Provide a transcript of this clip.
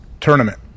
Tournament